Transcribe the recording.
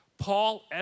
Paul